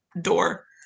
door